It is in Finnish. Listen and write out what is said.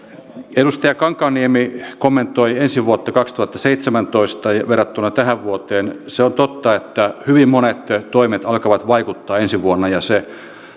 edustaja kankaanniemi kommentoi ensi vuotta kaksituhattaseitsemäntoista verrattuna tähän vuoteen se on totta että hyvin monet toimet alkavat vaikuttaa ensi vuonna ja se